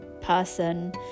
person